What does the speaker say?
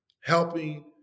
helping